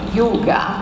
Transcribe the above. yoga